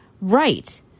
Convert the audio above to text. Right